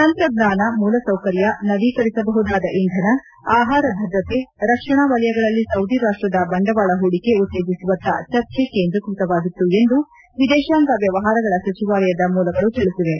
ತಂತ್ರಜ್ಞಾನ ಮೂಲಸೌಕರ್ಯ ನವೀಕರಿಸಬಹುದಾದ ಇಂಧನ ಆಹಾರ ಭದ್ರತೆ ರಕ್ಷಣಾ ವಲಯಗಳಲ್ಲಿ ಸೌದಿ ರಾಷ್ಲದ ಬಂಡವಾಳ ಹೂಡಿಕೆ ಉತ್ತೇಜಿಸುವತ್ತ ಚರ್ಚೆ ಕೇಂದ್ರೀಕೃತವಾಗಿತ್ತು ಎಂದು ವಿದೇಶಾಂಗ ವ್ಯವಹಾರಗಳ ಸಚಿವಾಲಯದ ಮೂಲಗಳು ತಿಳಿಸಿವೆ